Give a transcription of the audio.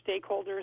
stakeholders